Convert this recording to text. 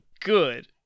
good